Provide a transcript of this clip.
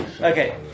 Okay